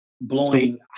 blowing